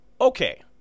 okay